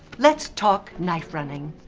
let's talk knife-running.